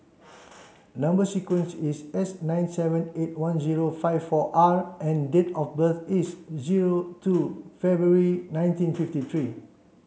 number sequence is S nine seven eight one zero five four R and date of birth is zero two February nineteen fifty three